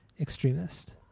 Extremist